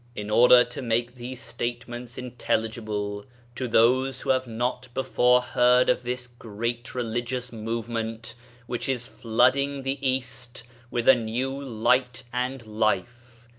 in order to make these statements intelligible to those who have not before heard of this great religious movement which is flooding the east with new light and life,